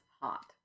hot